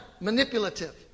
manipulative